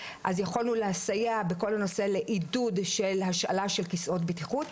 אז יכולנו לסייע בנושא לעידוד של השאלה של כסאות בטיחות,